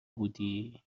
بودی